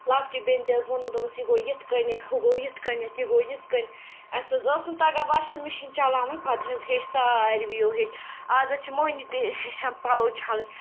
لَکچہِ بیٚنہِ تہِ حظ ووٚنُم دوٚپمَس یہِ گوٚو یِتھ کٔنہِ ہُہ گوٚو یِتھ کٔنٮ۪تھ یہِ گوٚو یِتھ کٔنۍ اَسہِ حظ ٲس نہٕ تگان واشَن مِشیٖن چَلاوٕنۍ پَتہٕ حظ ہیٚچھ ساروِیو ہیٚچھ اَز حظ چھِ موٚہنِو تہِ ہیٚچھان پَلو چھَلٕنۍ